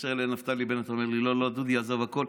מתקשר אליי נפתלי בנט, אומר לי: דודי, עזוב הכול.